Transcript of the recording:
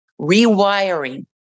rewiring